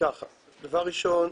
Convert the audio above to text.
דבר ראשון,